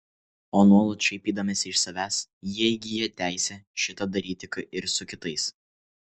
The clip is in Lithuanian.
o nuolat šaipydamiesi iš savęs jie įgyja teisę šitą daryti ir su kitais